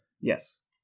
Yes